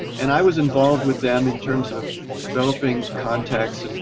and i was involved with them in terms of developing contacts, and